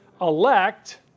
elect